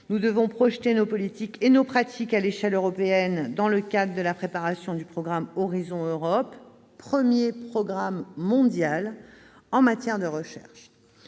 Nous devons projeter nos politiques et nos pratiques à l'échelle européenne, dans le cadre de la préparation du programme Horizon Europe, le premier programme mondial en matière de recherche.